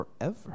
forever